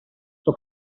στο